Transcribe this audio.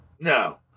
No